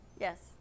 yes